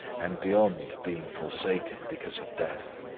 and beyond being forsaken because of death,